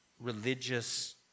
religious